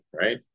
right